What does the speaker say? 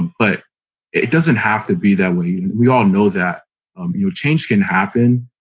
but it doesn't have to be that way. we all know that um you change can happen.